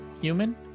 human